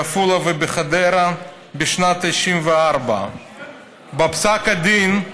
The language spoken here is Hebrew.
בעפולה ובחדרה, בשנת 1994. בפסק הדין הוא